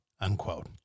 unquote